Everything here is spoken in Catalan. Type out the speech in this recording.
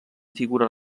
figura